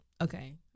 okay